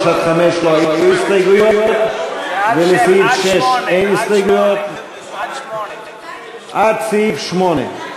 3 5, לא היו הסתייגויות, עד 8. עד סעיף 8,